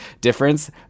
difference